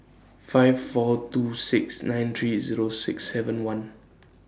five four two six nine three Zero six seven one